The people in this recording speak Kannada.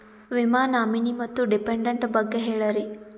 ವಿಮಾ ನಾಮಿನಿ ಮತ್ತು ಡಿಪೆಂಡಂಟ ಬಗ್ಗೆ ಹೇಳರಿ?